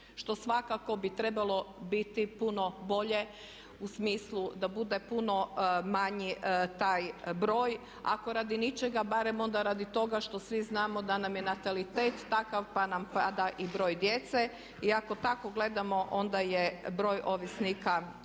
što svakako bi trebalo biti puno bolje u smislu da bude puno manji taj broj, ako radi ničega barem onda radi toga što svi znamo da nam je natalitet takav pa nam pada i broj djece. I ako tako gledamo onda je broj ovisnika ipak